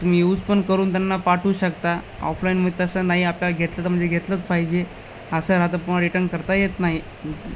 तुम्ही यूज पण करून त्यांना पाठवू शकता ऑफलाईनमध्ये तसं नाही आपल्याला घेतलं तर म्हणजे घेतलंच पाहिजे असं राहता प रिटर्न करता येत नाही